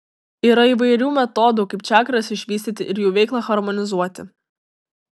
yra įvairių metodų kaip čakras išvystyti ir jų veiklą harmonizuoti